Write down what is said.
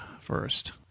first